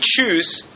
choose